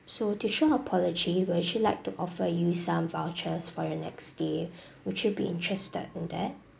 so to show apology we'll actually like to offer you some vouchers for your next stay would you be interested in that